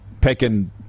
picking